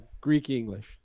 Greek-English